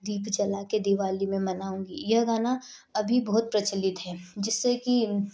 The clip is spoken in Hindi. दीप जलाके दीवाली मैं मनाऊंगी यह गाना अभी बहुत प्रचलित है जिससे कि